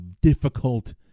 difficult